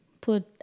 put